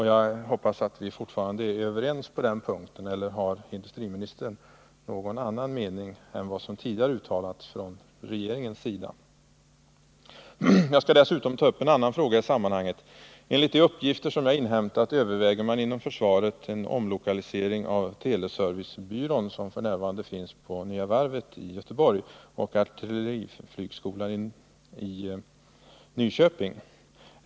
Jag hoppas att vi fortfarande är överens på den punkten -— eller har industriministern någon annan mening än vad som tidigare uttalats från regeringens sida? Nr 26 Jag skall dessutom ta upp en annan fråga i sammanhanget. Måndagen den Enligt de uppgifter som jag har inhämtat överväger man inom försvaret en 12 november 1979 omlokalisering av teleservicebyrån, som f. n. finns på Nya Varvet i Göteborg och artilleriflygskolan i Nyköping.